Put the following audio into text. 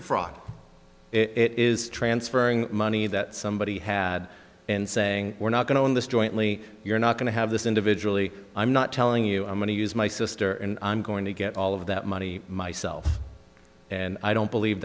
fraud it is transferring money that somebody had and saying we're not going to win this jointly you're not going to have this individual i'm not telling you i'm going to use my sister and i'm going to get all of that money myself and i don't believe